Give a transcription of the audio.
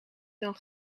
dan